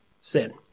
sin